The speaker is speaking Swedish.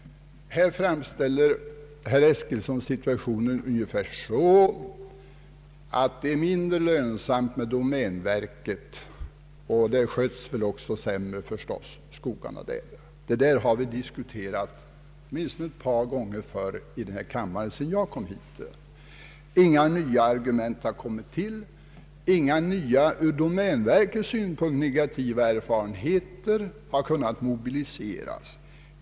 Här framställer herr Eskilsson situationen ungefär så, att det är mindre lönsamt med domänverket som ägare av skogstillgångarna. Herr Eskilsson menar tydligen att verkets skogar sköts sämre. Detta har vi diskuterat åtminstone ett par gånger här i kammaren sedan jag kom hit. Inga nya argument har kommit till. Inga nya ur domänverkets synpunkt negativa erfarenheter har kunnat framhållas.